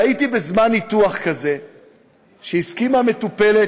והייתי בזמן ניתוח כזה כשהסכימה מטופלת